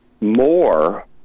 more